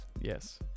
Yes